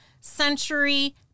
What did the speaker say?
century